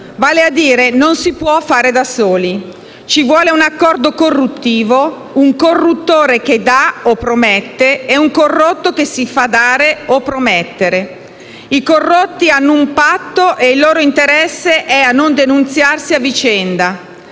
vale a dire non si può fare da soli. Ci vuole un accordo corruttivo, un corruttore che dà o promette e un corrotto che si fa dare o promettere. I corrotti hanno un patto e il loro interesse è a non denunziarsi a vicenda.